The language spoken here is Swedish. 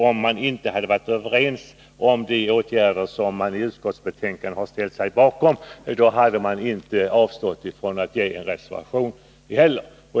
Om man inte varit överens om de åtgärder som man i betänkandet ställt sig bakom, hade man inte avstått från att avge en reservation.